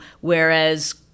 whereas